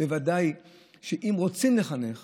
בוודאי שאם רוצים לחנך